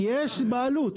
יש בעלות.